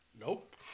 Nope